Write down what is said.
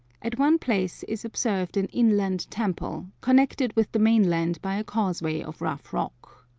at one place is observed an inland temple, connected with the mainland by a causeway of rough rock.